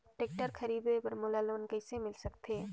Tractor खरीदे बर मोला लोन कइसे मिल सकथे?